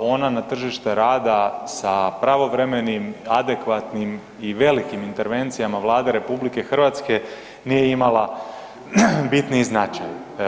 ona na tržište rada sa pravovremenim, adekvatnim i velikim intervencijama Vlade RH nije imala bitniji značaj.